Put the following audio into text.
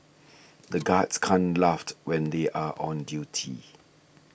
the guards can't laughed when they are on duty